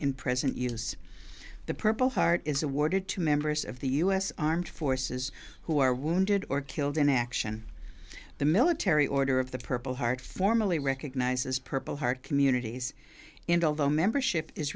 in present use the purple heart is awarded to members of the u s armed forces who are wounded or killed in action the military order of the purple heart formally recognizes purple heart communities into although membership is